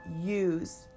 use